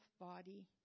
body